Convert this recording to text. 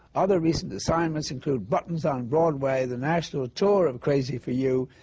other recent assignments include buttons on broadway, the national tour of crazy for you,